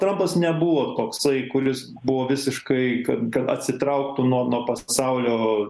trampas nebuvo toksai kuris buvo visiškai kad kad atsitrauktų nuo nuo pasaulio